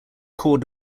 core